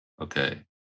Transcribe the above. okay